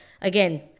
again